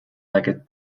legged